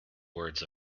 words